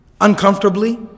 uncomfortably